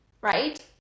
Right